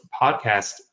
podcast